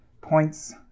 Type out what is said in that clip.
points